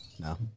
No